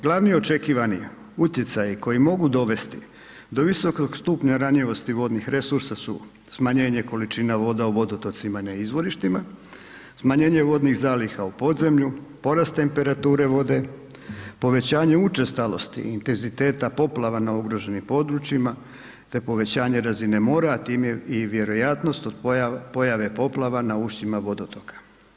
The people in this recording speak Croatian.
Glavni očekivani utjecaji koji mogu dovesti do visokog stupnja ranjivosti vodnih resursa su smanjenje količina voda u vodotocima i na izvorištima, smanjenje vodnih zaliha u podzemlju, porast temperature vode, povećanje učestalosti i intenziteta poplava na ugroženim područjima te povećanje razine mora, a time i vjerojatnost od pojave poplava na ušćima vodotoka.